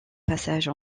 passage